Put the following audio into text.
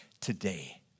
today